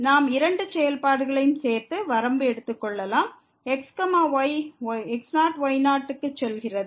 நாம் இரண்டு செயல்பாடுகளையும் சேர்த்து வரம்பை எடுத்துக் கொள்ளலாம் x y x0 y0 க்கு செல்கிறது